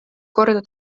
korda